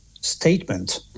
statement